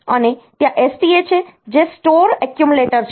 અને ત્યાં STA છે જે સ્ટોર એક્યુમ્યુલેટર છે